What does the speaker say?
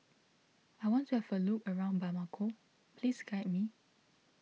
I want to have a look around Bamako please guide me